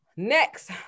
next